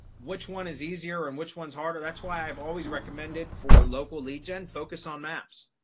which one is easier and which one's harder, that's why i've always recommended for local lead gen focus on maps.